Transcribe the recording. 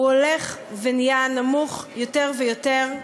הוא הולך ונהיה נמוך יותר ויותר,